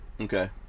Okay